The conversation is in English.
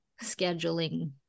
scheduling